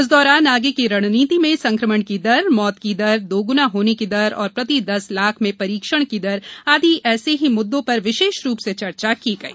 इस दौरान आगे की रणनीति में संक्रमण की दर मौत की दर दोगुना होने की दर और प्रति दस लाख में परीक्षण की दर आदि जैसे मुद्दों पर विशेष रूप से चर्चा की गयी